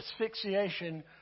asphyxiation